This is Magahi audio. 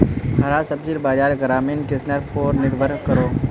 हरा सब्जिर बाज़ार ग्रामीण किसनर पोर निर्भर करोह